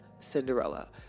Cinderella